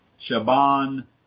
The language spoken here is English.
Shaban